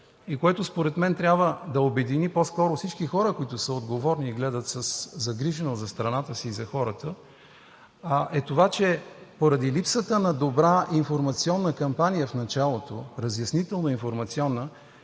и което според мен трябва да обедини по-скоро всички хора, които са отговорни и гледат със загриженост за страната си и за хората, е това, че поради липсата на добра разяснително-информационна кампания в началото се създадоха